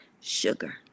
sugar